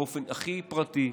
באופן הכי פרטי,